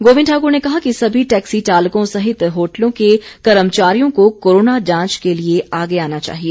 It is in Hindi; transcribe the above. गोविंद ठाकुर ने कहा कि सभी टैक्सी चालकों सहित होटलों के कर्मचारियों को कोरोना जांच के लिए आगे आना चाहिए